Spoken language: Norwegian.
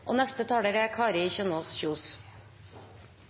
omme. Neste taler er